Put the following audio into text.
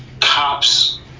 cops